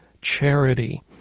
charity